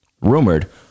rumored